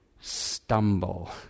stumble